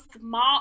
small